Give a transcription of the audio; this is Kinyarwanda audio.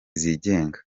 zigenga